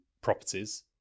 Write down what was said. properties